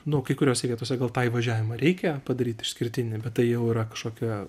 nu kai kuriose vietose gal tą įvažiavimą reikia padaryt išskirtinį bet tai jau yra kažkokia